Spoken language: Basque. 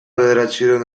bederatziehun